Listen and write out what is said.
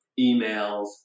emails